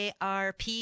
ARP